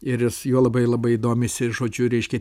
ir jis juo labai labai domisi žodžiu reiškia